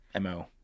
mo